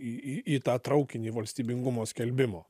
į į į tą traukinį valstybingumo skelbimo